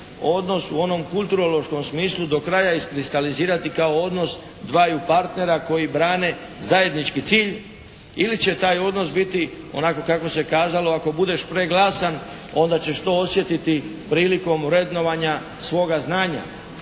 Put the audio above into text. odnos u onom kulturološkom smislu do kraja iskristalizirati kao odnos dvaju partnera koji brane zajednički cilj ili će taj odnos biti onako kako se kazalo ako budeš preglasan onda ćeš to osjetiti prilikom vrednovanja svoga znanja.